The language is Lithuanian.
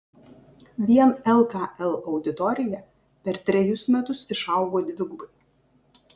vien lkl auditorija per trejus metus išaugo dvigubai